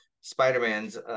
Spider-Man's –